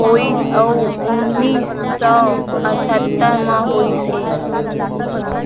होइस अउ उन्नीस सौ अठत्तर म होइस हे